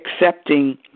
accepting